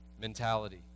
mentality